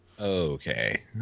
Okay